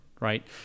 right